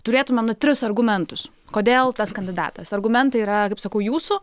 turėtumėm tris argumentus kodėl tas kandidatas argumentai yra kaip sakau jūsų